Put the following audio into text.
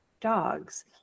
dogs